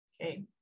okay